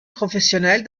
professionnelle